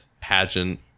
pageant